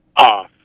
off